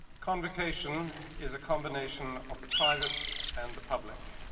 convocation is a combination of the private and the public.